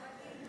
כרגיל.